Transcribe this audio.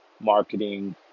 marketing